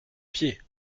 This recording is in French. pied